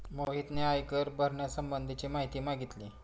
मोहितने आयकर भरण्यासंबंधीची माहिती मागितली